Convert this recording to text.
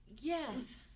Yes